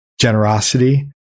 generosity